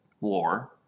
War